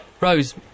rose